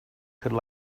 could